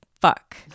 fuck